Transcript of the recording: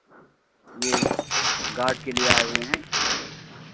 यह गार्ड के लिए आए हुए हैं